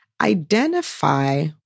identify